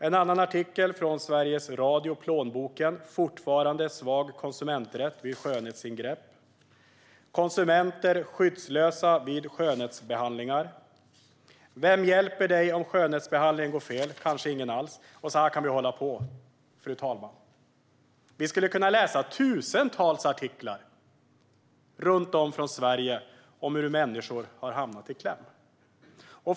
En annan artikel från Sveriges Radios Plånboken : "Fortfarande svag konsumenträtt vid skönhetsingrepp". "Konsumenter skyddslösa vid skönhetsbehandlingar". "Vem hjälper dig om skönhetsbehandlingen går fel? Kanske ingen alls". Så här kan vi hålla på, fru talman. Vi skulle kunna läsa tusentals artiklar från runt om i Sverige om hur människor har hamnat i kläm.